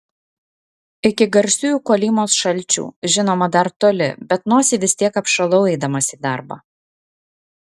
iki garsiųjų kolymos šalčių žinoma dar toli bet nosį vis tiek apšalau eidamas į darbą